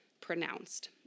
pronounced